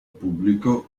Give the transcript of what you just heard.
pubblico